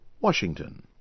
Washington